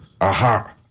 aha